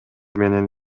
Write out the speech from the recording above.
менен